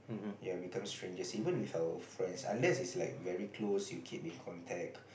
ya we've become strangers even with our friends unless it's like very close you keep in contact